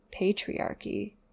patriarchy